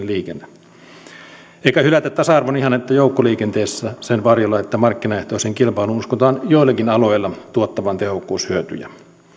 liikenne eikä hylätä tasa arvon ihannetta joukkoliikenteessä sen varjolla että markkinaehtoisen kilpailun uskotaan joillakin aloilla tuottavan tehokkuushyötyjä